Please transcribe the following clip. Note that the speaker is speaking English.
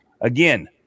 Again